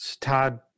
Todd